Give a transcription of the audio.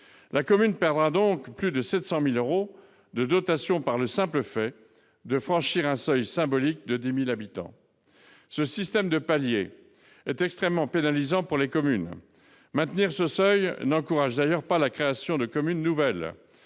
commune perdrait donc plus de 700 000 euros de dotations, pour la simple raison qu'elle aura franchi le seuil symbolique de 10 000 habitants. Ce système de paliers est extrêmement pénalisant pour les communes. Maintenir ce seuil n'encourage d'ailleurs pas la création de communes nouvelles.